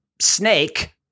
snake